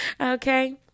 Okay